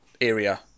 area